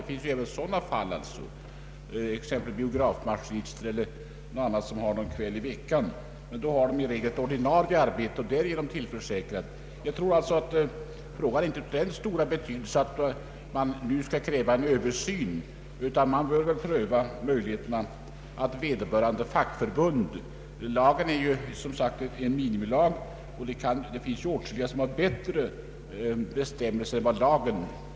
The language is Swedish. Sådana fall förekommer ju också, t.ex. biografmaskinister eller andra som arbetar någon kväll i veckan. Dessa personer har emellertid i regel också ett ordinarie arbete och är därigenom tillförsäkrade rätt till semester. Denna fråga kan inte anses vara av så stor betydelse att det är berättigat att kräva en översyn av semesterlagen, utan det bör ankomma på vederbörande fackförbund att ta upp frågan. Lagen är som sagt en minimilag, och det finns åtskilliga som har större förmåner än lagen föreskriver.